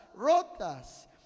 rotas